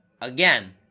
Again